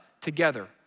together